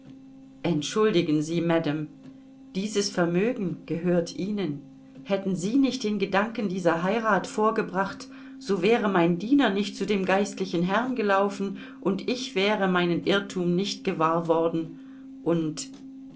entschuldigen sie madame dieses vermögen gehört ihnen hätten sie nicht den gedanken dieser heirat vorgebracht so wäre mein diener nicht zu dem geistlichen herrn gelaufen und ich wäre meinen irrthum nicht gewahr worden und